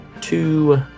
two